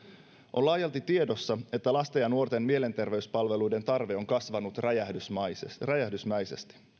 on laajalti tiedossa että lasten ja nuorten mielenterveyspalveluiden tarve on kasvanut räjähdysmäisesti räjähdysmäisesti